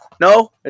No